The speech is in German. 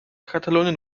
katalonien